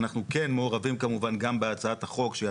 אנחנו כן מעורבים כמובן גם בהצעת החוק שהיא